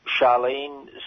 Charlene